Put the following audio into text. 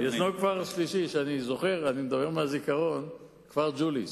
אני מדבר מהזיכרון: כפר ג'וליס,